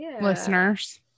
listeners